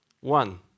One